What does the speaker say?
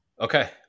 Okay